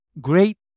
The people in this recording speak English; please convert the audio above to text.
great